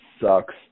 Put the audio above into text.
sucks